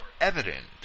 evident